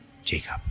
Jacob